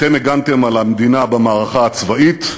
אתם הגנתם על המדינה במערכה הצבאית,